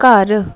ਘਰ